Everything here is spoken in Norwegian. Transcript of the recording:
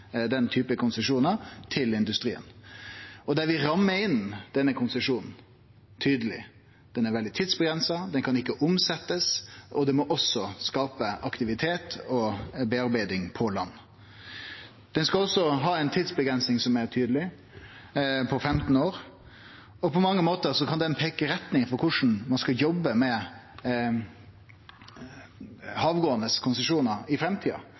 den typen konsesjonar til industrien, og der vi rammar inn konsesjonen tydeleg. Konsesjonen er veldig tidsavgrensa, kan ikkje omsetjast, og det må også skapast aktivitet og tilverking på land. Konsesjonen skal altså ha ei tydeleg tidsavgrensing, på 15 år, og kan på mange måtar peike ut retninga for korleis ein skal jobbe med havgåande konsesjonar i framtida,